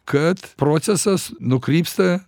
kad procesas nukrypsta